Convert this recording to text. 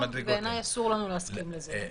בעיניי אסור לנו להסכים לזה.